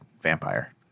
vampire